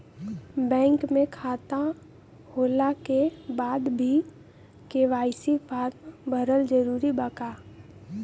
Bank में खाता होला के बाद भी के.वाइ.सी फार्म भरल जरूरी बा का?